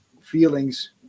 feelings